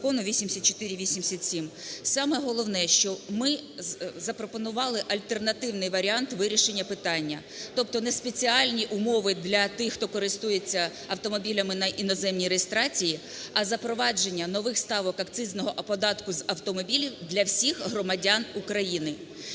Закону 8487. Саме головне, що ми запропонували альтернативний варіант вирішення питання, тобто не спеціальні умови для тих, хто користується автомобілями на іноземній реєстрації, а запровадження нових ставок акцизного податку з автомобілів для всіх громадян України.